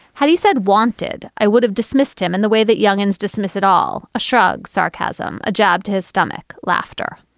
how do you said wanted? i would have dismissed him in the way that youngins dismiss it all. a shrug. sarcasm. a jab to his stomach. laughter.